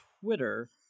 Twitter